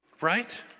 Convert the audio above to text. Right